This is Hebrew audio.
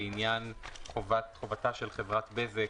לעניין חובתה של חברת בזק